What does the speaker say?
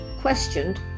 questioned